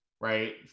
right